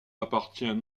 appartient